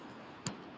कुंडा बीज कब होबे?